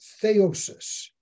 theosis